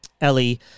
Ellie